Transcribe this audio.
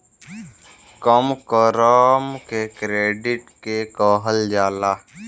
कम रकम के क्रेडिट के कहल जाला